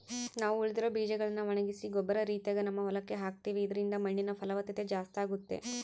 ನಾವು ಉಳಿದಿರೊ ಬೀಜಗಳ್ನ ಒಣಗಿಸಿ ಗೊಬ್ಬರ ರೀತಿಗ ನಮ್ಮ ಹೊಲಕ್ಕ ಹಾಕ್ತಿವಿ ಇದರಿಂದ ಮಣ್ಣಿನ ಫಲವತ್ತತೆ ಜಾಸ್ತಾಗುತ್ತೆ